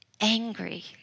angry